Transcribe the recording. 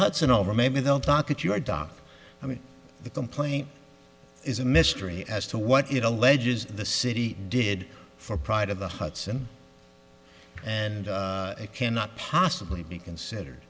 hudson over maybe they'll talk at your dock i mean the complaint is a mystery as to what it alleges the city did for pride of the hudson and it cannot possibly be considered